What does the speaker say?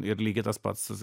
ir lygiai tas pats